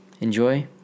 enjoy